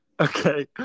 Okay